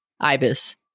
IBIS